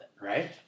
right